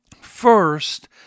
First